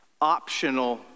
optional